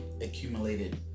accumulated